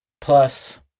plus